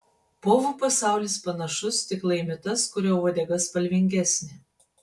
povų pasaulis panašus tik laimi tas kurio uodega spalvingesnė